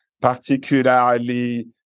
particularly